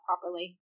properly